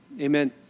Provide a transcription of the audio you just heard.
amen